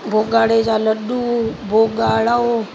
बोॻाड़े जा लॾूं बोॻाड़ो